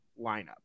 lineup